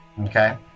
okay